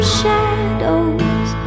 shadows